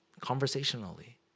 conversationally